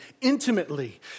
intimately